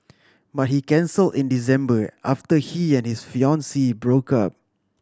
but he cancel in December after he and his fiancee broke up